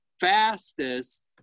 fastest